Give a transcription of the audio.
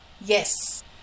Yes